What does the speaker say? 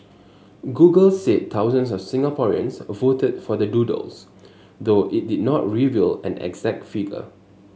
Google said thousands of Singaporeans voted for the doodles though it did not reveal an exact figure